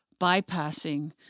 bypassing